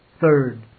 Third